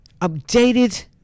updated